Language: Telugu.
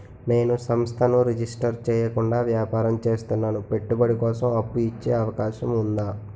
నేను సంస్థను రిజిస్టర్ చేయకుండా వ్యాపారం చేస్తున్నాను పెట్టుబడి కోసం అప్పు ఇచ్చే అవకాశం ఉందా?